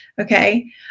okay